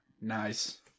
Nice